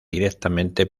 directamente